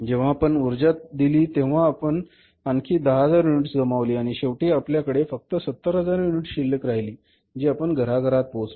जेव्हा आपण ऊर्जा दिली तेव्हा आपण आणखी 10000 युनिट गमावली आणि शेवटी आपल्या कडे फक्त 70000 युनिट शिल्लक राहिली जी आपण घराघरात पोहचवली